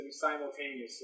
simultaneously